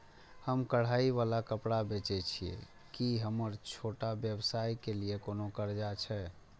हम कढ़ाई वाला कपड़ा बेचय छिये, की हमर छोटा व्यवसाय के लिये कोनो कर्जा है?